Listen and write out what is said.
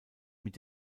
mit